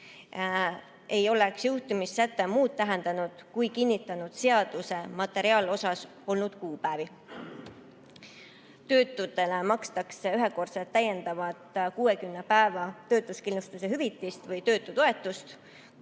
ei oleks jõustumissäte muud tähendanud, kui kinnitanud seaduse materiaalosas olnud kuupäevi. Töötutele makstakse ühekordset täiendavat 60 päeva töötuskindlustushüvitist või töötutoetust,